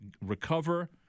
Recover